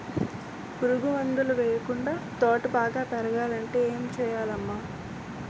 పురుగు మందులు యెయ్యకుండా తోట బాగా పెరగాలంటే ఏ సెయ్యాలమ్మా